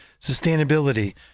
sustainability